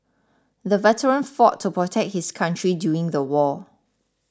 the veteran fought to protect his country during the war